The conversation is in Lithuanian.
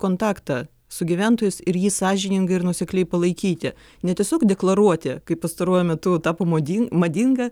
kontaktą su gyventojais ir jį sąžiningai ir nuosekliai palaikyti ne tiesiog deklaruoti kaip pastaruoju metu tapo madin madinga